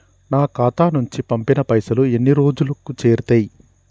నా ఖాతా నుంచి పంపిన పైసలు ఎన్ని రోజులకు చేరుతయ్?